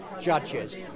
judges